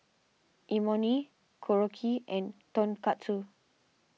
Imoni Korokke and Tonkatsu